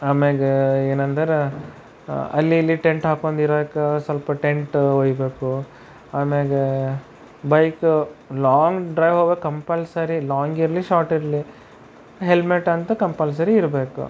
ಆಮ್ಯಾಗ ಏನೆಂದರೆ ಅಲ್ಲಿ ಇಲ್ಲಿ ಟೆಂಟ್ ಹಾಕೊಂಡಿರೋಕೆ ಸ್ವಲ್ಪ ಟೆಂಟು ಒಯ್ಯಬೇಕು ಆಮ್ಯಾಗ ಬೈಕು ಲಾಂಗ್ ಡ್ರೈವ್ ಹೋಗೋಕೆ ಕಂಪಲ್ಸರಿ ಲಾಂಗ್ ಇರಲಿ ಶಾರ್ಟ್ ಇರಲಿ ಹೆಲ್ಮೆಟಂತು ಕಂಪಲ್ಸರಿ ಇರಬೇಕು